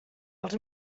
els